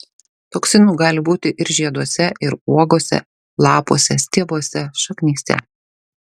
toksinų gali būti ir žieduose ir uogose lapuose stiebuose šaknyse